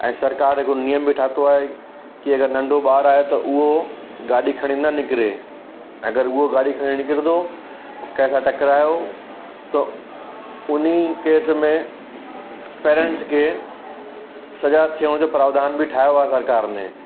ऐं सरकारि हिक नियम बि ठातो आहे कि अगरि नंढो ॿार आहे त उहो गाॾी खणी न निकिरे अगरि उहो गाॾी खणी निकिरंदो कंहिं सां टकरायो त उन्हीअ केस में पेरेंट्स खे सजा थियण जो प्रावधान बि ठाहियो आहे सरकारि ने